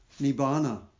Nibbana